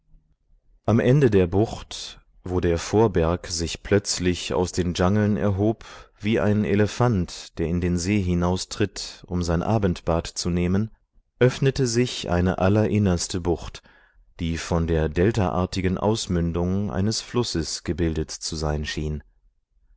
am ende der bucht wo der vorberg sich plötzlich aus den dschangeln erhob wie ein elefant der in den see hinaustritt um sein abendbad zu nehmen öffnete sich eine allerinnerste bucht die von der deltaartigen ausmündung eines flusses gebildet zu sein schien